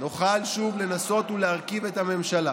נוכל שוב לנסות להרכיב את הממשלה.